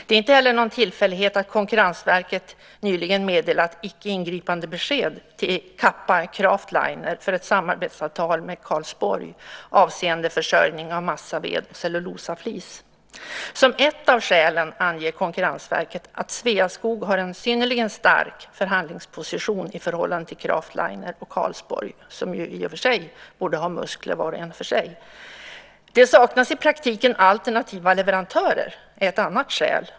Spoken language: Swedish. Det är inte heller någon tillfällighet att Konkurrensverket nyligen meddelat icke-ingripande-besked till Kappa Craftliner för ett samarbetsavtal med Karlsborg avseende försörjning med massaved och cellulosaflis. Som ett av skälen anger Konkurrensverket att Sveaskog har en synnerligen stark förhandlingsposition i förhållande till Craftliner och Karlsborg, som i och för sig borde ha muskler var och en för sig. Det saknas i praktiken alternativa leverantörer, är ett annat skäl.